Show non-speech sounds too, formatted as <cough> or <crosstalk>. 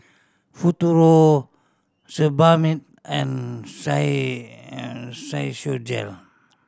Futuro Sebamed and <unintelligible> and Physiogel